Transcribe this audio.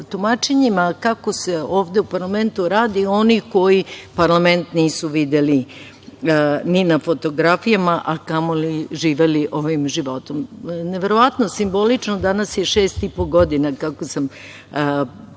tumačenjima kako se ovde u parlamentu radi, od onih koji parlament nisu videli ni na fotografijama, a kamo li živeli ovim životom. Neverovatno simbolično, danas je šest i po godina kako sam